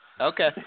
okay